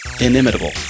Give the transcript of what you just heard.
inimitable